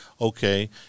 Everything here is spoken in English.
Okay